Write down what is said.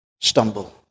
stumble